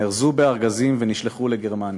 נארזו בארגזים ונשלחו לגרמניה".